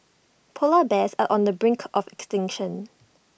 Polar Bears are on the brink of extinction